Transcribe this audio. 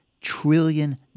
trillion